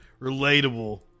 Relatable